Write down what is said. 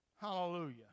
Hallelujah